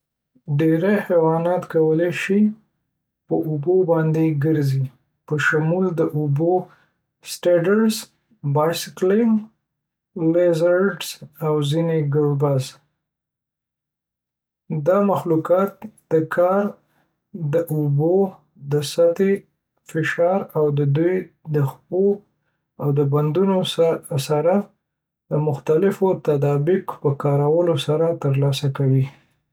ډیری حیوانات کولی شي په اوبو باندې ګرځي، په شمول د اوبو سټریډرز، باسیلیسک لیزارډز، او ځینې ګریبز. دا مخلوقات دا کار د اوبو د سطحې فشار او د دوی د پښو او بدنونو سره د مختلفو تطابق په کارولو سره ترلاسه کوي